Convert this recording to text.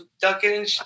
ducking